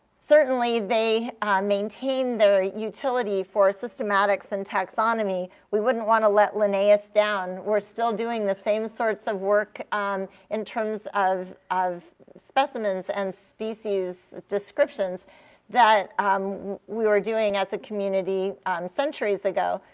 certainly they maintain their utility for systematics and taxonomy. we wouldn't want to let linnaeus down. we're still doing the same sorts of work in terms of of specimens and species descriptions that we were doing as a community centuries ago.